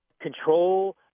control